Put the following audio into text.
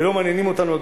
ולא מעניינים אותנו,